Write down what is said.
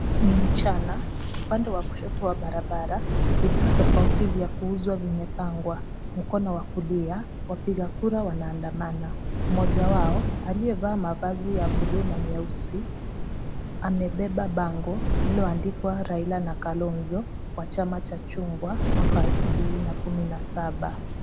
Ni mchana, upande wa kushoto wa barabara, bidhaa tofauti vya kuuzwa vimepangwa. Mkono wa kulia, wapiga kura wanaandamana. Mmoja wao, aliyevaa mavazi ya buluu na nyeusi, amebeba bango lilioandikwa " Raila na Kalonzo kwa chama cha chungwa mwaka wa elfu mbili na kumi na Saba".